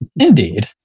Indeed